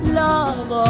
love